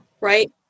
Right